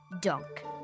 dunk